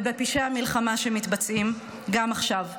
ובפשעי המלחמה שמתבצעים גם עכשיו.